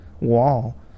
wall